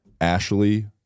Ashley